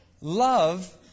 Love